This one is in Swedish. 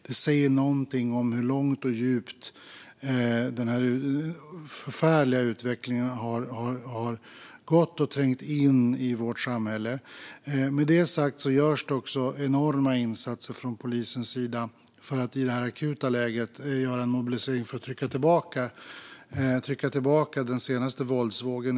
Det säger någonting om hur långt och djupt den här förfärliga utvecklingen har gått och trängt in i vårt samhälle. Med det sagt görs enorma insatser från polisens sida för att i det akuta läget mobilisera för att trycka tillbaka den senaste våldsvågen.